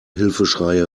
hilfeschreie